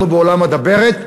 אנחנו בעולם הדברת,